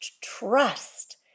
trust